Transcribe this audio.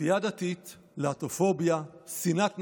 כפייה דתית, להט"בופוביה, שנאת נשים,